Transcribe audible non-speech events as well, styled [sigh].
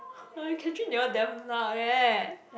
[noise] Catherine they all damn loud eh